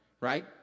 right